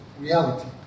reality